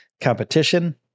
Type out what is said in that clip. competition